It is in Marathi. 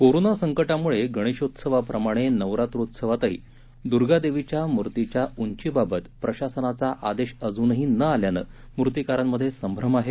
कोरोना संकटामुळे गणेशोत्सवा प्रमाणे नवरात्रोत्सवातही दुर्गा देवीच्या मूर्तीच्या उंचीबाबत प्रशासनाचा आदेश अजूनही न आल्यानं मूर्तीकारांमध्ये संभ्रम आहे